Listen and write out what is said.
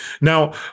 Now